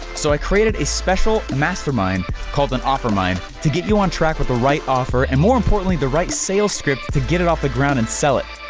so i created a special mastermind called an offermind to get you on track with the right offer, and more importantly, the right sales script to get it off the ground and sell it.